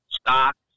stocks